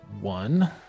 one